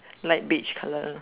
light beach colour